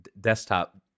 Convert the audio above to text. desktop